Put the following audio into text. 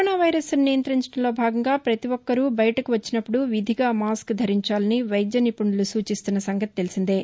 corona వైరస్ను నియంతించడంలో భాగంగా ప్రతిఒక్కరూ బయటకు వచ్చినప్పుడు విధిగా మాస్క్ ధరించాలని వైద్య నిపుణులు సూచిస్తున్న సంగతి తెల్సిందే